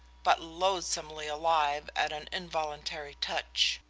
but loathsomely alive at an involuntary touch.